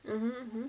mmhmm